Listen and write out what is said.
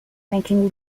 making